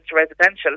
residential